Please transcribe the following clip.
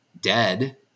dead